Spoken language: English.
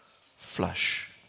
Flush